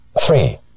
Three